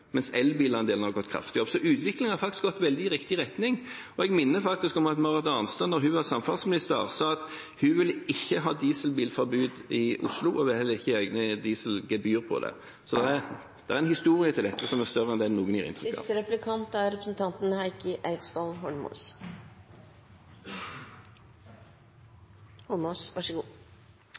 mens elbilandelen har gått kraftig opp. Så utviklingen har faktisk gått i veldig riktig retning. Jeg minner om at da Marit Arnstad var samferdselsminister, sa hun at hun ikke ville ha dieselbilforbud i Oslo, og hun ville heller ikke ha egne dieselgebyr. Så det er en historie til dette som er større enn den noen gir inntrykk av. Jeg vil gjerne ha meg frabedt statsrådens krokodilletårer for det økte dieselbilsalget. Han er